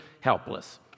helpless